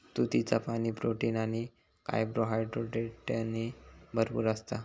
तुतीचा पाणी, प्रोटीन आणि कार्बोहायड्रेटने भरपूर असता